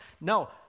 No